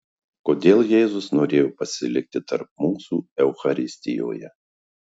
kodėl jėzus norėjo pasilikti tarp mūsų eucharistijoje